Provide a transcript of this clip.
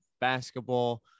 basketball